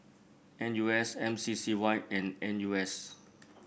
N U S M C C Y and N U S